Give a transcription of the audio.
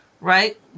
right